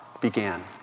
began